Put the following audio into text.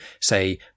say